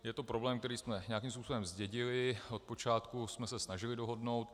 Je to problém, který jsme nějakým způsobem zdědili, od počátku jsme se snažili dohodnout.